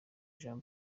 jean